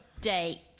date